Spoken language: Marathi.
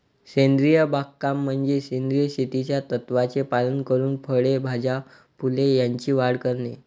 सेंद्रिय बागकाम म्हणजे सेंद्रिय शेतीच्या तत्त्वांचे पालन करून फळे, भाज्या, फुले यांची वाढ करणे